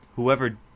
Whoever